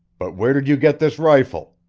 but where did you get this rifle?